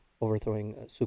overthrowing